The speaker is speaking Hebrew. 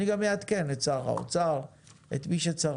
אני גם אעדכן את שר האוצר, את מי שצריך,